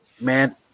Man